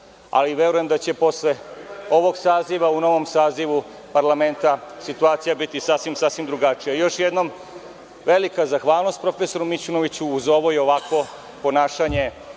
ali verujem da će posle ovog saziva u novom sazivu parlamenta situacija biti sasvim drugačija. Još jednom velika zahvalnost profesoru Mićunoviću u ovo i ovakvo ponašanje